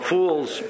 Fools